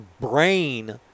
brain